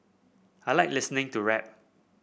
I like listening to rap